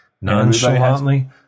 Nonchalantly